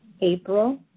April